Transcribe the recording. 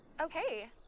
Okay